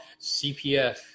CPF